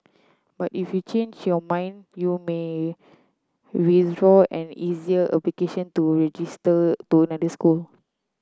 but if you change your mind you may withdraw an earlier application to register to school